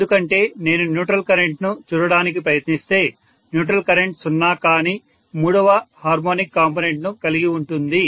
ఎందుకంటే నేను neutral current ను చూడటానికి ప్రయత్నిస్తే న్యూట్రల్ కరెంట్ సున్నా కాని మూడవ హార్మోనిక్ కాంపోనెంట్ ను కలిగి ఉంటుంది